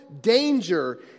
danger